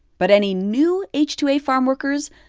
but any new h two a farmworkers,